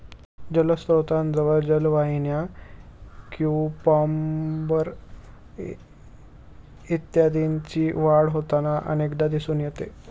जलस्त्रोतांजवळ जलवाहिन्या, क्युम्पॉर्ब इत्यादींची वाढ होताना अनेकदा दिसून येते